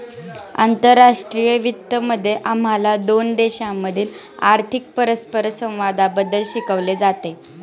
आंतरराष्ट्रीय वित्त मध्ये आम्हाला दोन देशांमधील आर्थिक परस्परसंवादाबद्दल शिकवले जाते